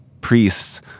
priests